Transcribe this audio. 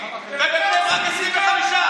אבל בביתר עילית יש 29% נדבקים,